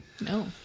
No